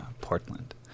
Portland